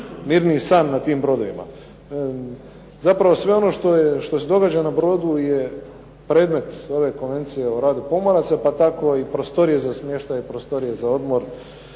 mirniji san na tim brodovima. Zapravo sve ono što je, što se događa na brodu je predmet ove konvencije o radu pomoraca, pa tako i prostorije za smještaj, prostorije za odmor,